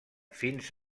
fins